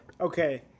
okay